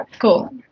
cool